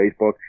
Facebook